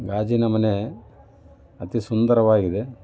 ಗಾಜಿನ ಮನೆ ಅತಿ ಸುಂದರವಾಗಿದೆ